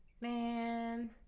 Man